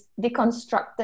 deconstructed